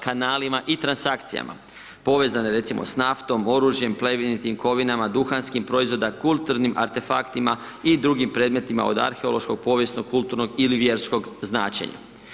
kanalima i transakcijama povezane recimo s naftom, oružjem, plemenitim kovinama, duhanskim proizvodima, kulturnim artefaktima i drugim predmetima od arheološkog, povijesnog, kulturnog ili vjerskog značenja.